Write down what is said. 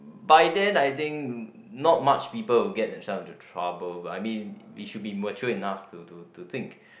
by then I think not much people will get themselves into trouble but I mean it should be matured enough to to to think